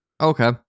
Okay